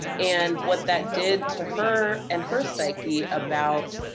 and what that did to her and her psyche about,